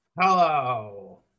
Hello